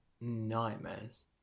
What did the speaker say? nightmares